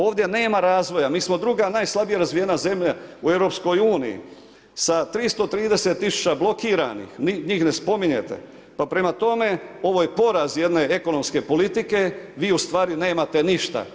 Ovdje nema razvoja, mi smo druga najslabije razvijena zemlja u EU sa 330 000 blokiranih, njih ne spominjete pa prema tome ovo je poraz jedne ekonomske politike, vi ustvari nemate ništa.